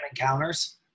encounters